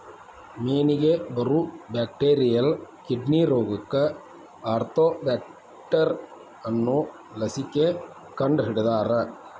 ಮೇನಿಗೆ ಬರು bacterial kidney ರೋಗಕ್ಕ ಆರ್ತೋಬ್ಯಾಕ್ಟರ್ ಅನ್ನು ಲಸಿಕೆ ಕಂಡಹಿಡದಾರ